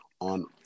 on